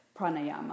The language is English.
pranayama